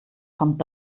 kommt